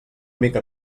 mica